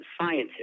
scientists